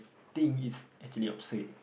think is actually absurd